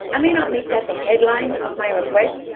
i may not make that the headline of my request,